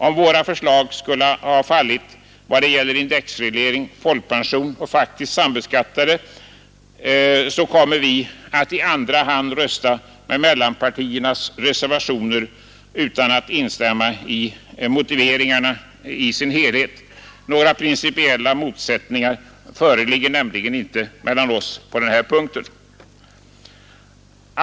Om våra förslag när det gäller indexreglering, folkpension och faktiskt sambeskattade skulle falla, kommer vi att i andra hand rösta för mittenpartiernas reservationer utan att fördenskull instämma i alla motiveringarna. Några principiella motsättningar föreligger nämligen inte mellan mittenpartierna och moderata samlingspartiet på denna punkt.